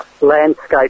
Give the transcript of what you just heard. landscape